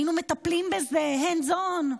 היינו מטפלים בזה hands on.